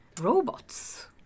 robots